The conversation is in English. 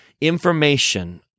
information